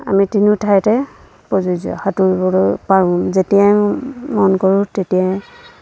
আমি তিনিও ঠাইতে প্ৰযোজ্য সাঁতুৰিবলৈ পাৰোঁ যেতিয়াই মন কৰোঁ তেতিয়াই